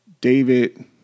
David